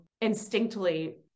instinctively